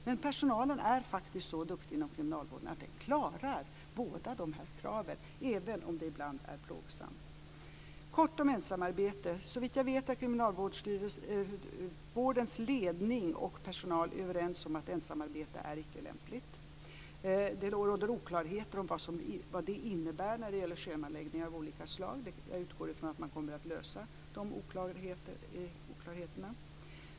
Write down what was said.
Men personalen inom kriminalvården är så duktig att den klarar båda dessa krav, även om det ibland är plågsamt. Såvitt jag vet är kriminalvårdens ledning och personal överens om att ensamarbete icke är lämpligt. Det råder oklarheter om vad det innebär när det gäller schemaläggning av olika slag. Jag utgår från att man kommer att lösa de oklarheterna.